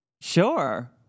Sure